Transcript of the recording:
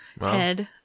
head